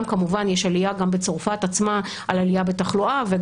גם כמובן יש עלייה בתחלואה בצרפת עצמה